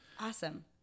Awesome